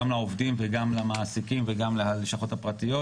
גם לעובדים וגם למעסיקים וגם ללשכות הפרטיות,